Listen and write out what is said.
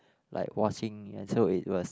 like watching ya so it was